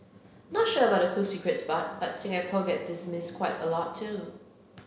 not sure about the cool secrets part but Singapore gets dismissed quite a lot too